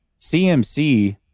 cmc